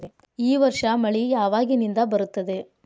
ಈ ವರ್ಷ ಮಳಿ ಯಾವಾಗಿನಿಂದ ಬರುತ್ತದೆ?